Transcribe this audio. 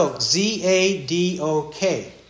Z-A-D-O-K